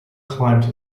climbed